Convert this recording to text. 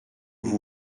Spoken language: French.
vous